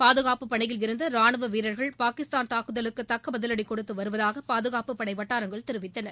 பாதுகாப்பு பணியில் இருந்த ரானுவ வீரர்கள் பாகிஸ்தான் தாக்குதலுக்கு தக்க பதிவடி கொடுத்து வருவதாக பாதுகாப்பு படை வட்டாரங்கள் தெரிவித்தன